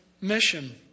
mission